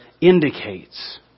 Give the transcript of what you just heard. indicates